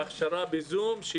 ב-זום.